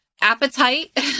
appetite